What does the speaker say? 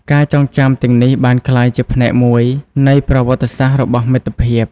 ការចងចាំទាំងនេះបានក្លាយជាផ្នែកមួយនៃប្រវត្តិសាស្ត្ររបស់មិត្តភាព។